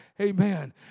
Amen